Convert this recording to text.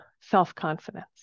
self-confidence